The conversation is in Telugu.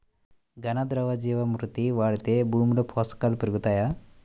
ఘన, ద్రవ జీవా మృతి వాడితే భూమిలో పోషకాలు పెరుగుతాయా?